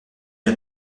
une